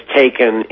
taken